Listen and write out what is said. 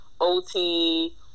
OT